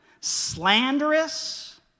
slanderous